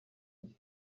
jye